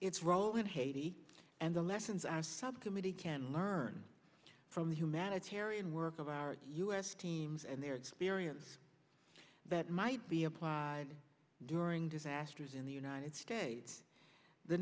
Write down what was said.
its role in haiti and the lessons i subcommittee can learn from the humanitarian work of our u s teams and their experience that might be applied during disasters in the united states the